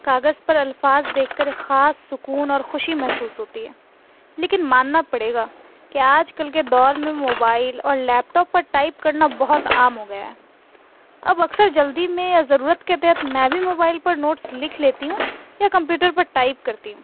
کاغذ پر الفاظ دیکھ کر ایک خاص سکون اور خوشی محسوس ہوتی ہے لیکن ماننا پڑے گا کہ آج کل کے دور میں موبائل اور لیپ ٹاپ پر ٹائپ کرنا بہت عام ہو گیا ہے اب اکثر جلدی میں یا ضرورت کے تحت میں بھی موبائل پر نوٹس لکھ لیتی ہوں یا کمپیوٹر پر ٹائپ کرتی ہوں